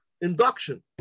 induction